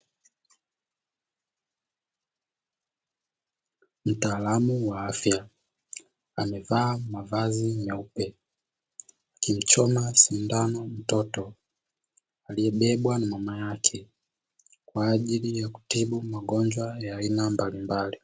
Mtaalamu wa afya amevaa mavazi meupe akimchoma sindano mtoto aliyebebwa na mama yake, kwa ajili ya kutibu magonjwa ya aina mbalimbali.